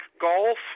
golf